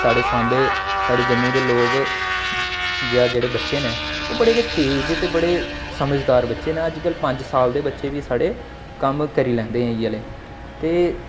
साढ़े साम्बे साढ़े जम्मू दे लोक जां जेह्ड़े बच्चे न ओह् बड़े गै तेज ते बड़े समझदार बच्चे न अजकल्ल पंज साल दे बच्चे बी साढ़े कम्म करी लैंदे न इ'यै ले ते